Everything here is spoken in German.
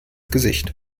gesicht